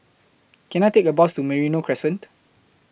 Can I Take A Bus to Merino Crescent